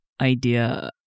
idea